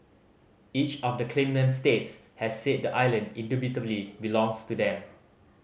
each of the claimant states has said the island indubitably belongs to them